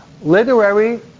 literary